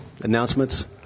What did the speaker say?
announcements